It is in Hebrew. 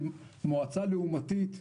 עם מועצה לעומתית,